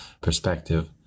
perspective